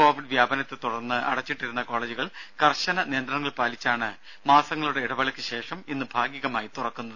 Covid വ്യാപനത്തെ തുടർന്ന് അടച്ചിട്ടിരുന്ന കോളേജുകൾ കർശന നിയന്ത്രണങ്ങൾ പാലിച്ചാണ് മാസങ്ങളുടെ ഇടവേളക്ക് ശേഷം ഇന്ന് ഭാഗികമായി തുറക്കുന്നത്